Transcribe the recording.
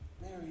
Mary